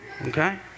okay